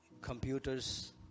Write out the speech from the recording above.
computers